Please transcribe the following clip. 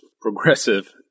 progressive